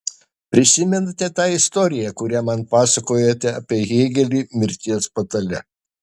prisimenate tą istoriją kurią man pasakojote apie hėgelį mirties patale